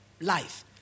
life